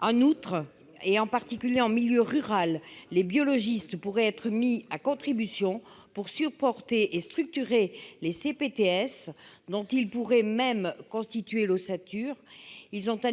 En outre, en particulier en milieu rural, les biologistes pourraient être mis à contribution pour soutenir et structurer les CPTS, dont ils pourraient même constituer l'ossature. Ils sont